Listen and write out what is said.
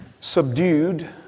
subdued